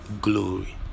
glory